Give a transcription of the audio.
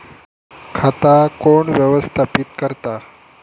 खाता कोण व्यवस्थापित करता?